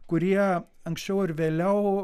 kurie anksčiau ar vėliau